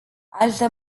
alte